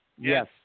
Yes